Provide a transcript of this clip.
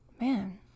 man